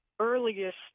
earliest